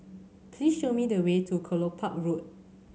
please show me the way to Kelopak Road